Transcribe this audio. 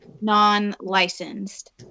Non-Licensed